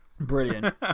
Brilliant